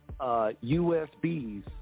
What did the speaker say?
USBs